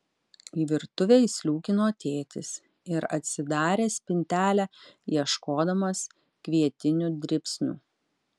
į virtuvę įsliūkino tėtis ir atsidarė spintelę ieškodamas kvietinių dribsnių